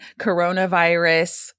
coronavirus